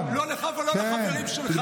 לא לך ולא לחברים שלך.